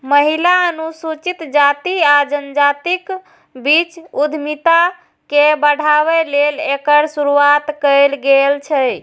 महिला, अनुसूचित जाति आ जनजातिक बीच उद्यमिता के बढ़ाबै लेल एकर शुरुआत कैल गेल छै